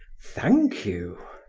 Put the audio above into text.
thank you.